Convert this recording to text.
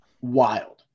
wild